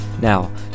Now